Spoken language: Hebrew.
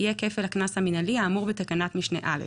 יהיה כפל הקנס המינהלי האמור בתקנת משנה (א)."